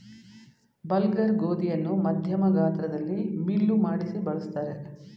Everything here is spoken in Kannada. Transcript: ಬಲ್ಗರ್ ಗೋಧಿಯನ್ನು ಮಧ್ಯಮ ಗಾತ್ರದಲ್ಲಿ ಮಿಲ್ಲು ಮಾಡಿಸಿ ಬಳ್ಸತ್ತರೆ